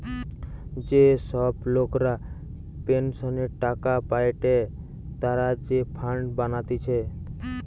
যে সব লোকরা পেনসনের টাকা পায়েটে তারা যে ফান্ড বানাতিছে